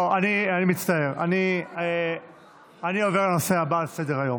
לא, אני מצטער, אני עובר לנושא הבא על סדר-היום.